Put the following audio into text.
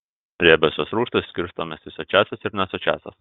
riebiosios rūgštys skirstomis į sočiąsias ir nesočiąsias